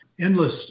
Endless